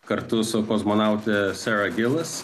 kartu su kosmonaute sara gilis